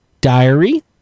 Diary